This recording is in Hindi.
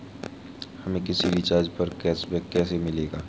हमें किसी रिचार्ज पर कैशबैक कैसे मिलेगा?